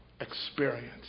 experience